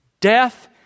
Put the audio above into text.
Death